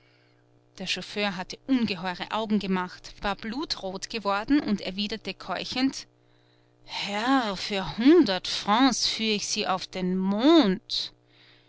der chauffeur hatte ungeheure augen gemacht war blutrot geworden und erwiderte keuchend herr für hundert francs führ ich sie auf den mond